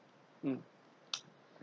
hmm